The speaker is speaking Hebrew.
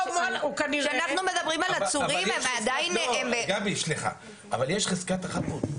יש חזקת החפות.